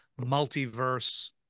multiverse